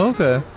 Okay